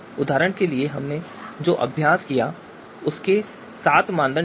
उदाहरण के लिए हमने जो अभ्यास किया उसके सात मानदंड थे